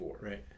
Right